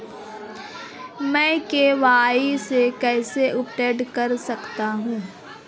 मैं के.वाई.सी कैसे अपडेट कर सकता हूं?